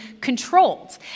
controlled